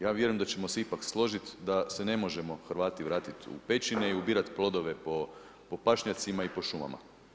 Ja vjerujem da ćemo se ipak složiti da se ne možemo Hrvati vratiti u pećine i ubirat plodove po pašnjacima i po šumama.